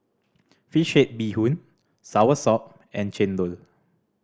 fish head bee hoon soursop and chendol